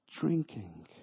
drinking